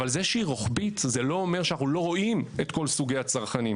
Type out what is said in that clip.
אבל זה שהיא רוחבית זה לא אומר שאנחנו לא רואים את כל סוגי הצרכנים.